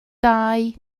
dau